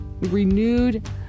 renewed